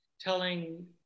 telling